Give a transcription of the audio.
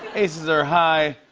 aces are high.